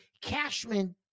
Cashman